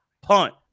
punt